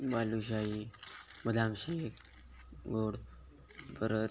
बालूशाही बदाम शेक गोड परत